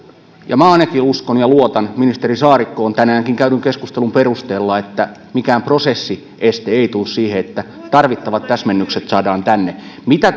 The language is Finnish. ja minä ainakin uskon ja luotan ministeri saarikkoon tänäänkin käydyn keskustelun perusteella että mikään prosessieste ei tule siihen että tarvittavat täsmennykset saadaan tänne mitä